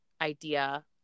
idea